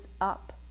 up